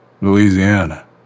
Louisiana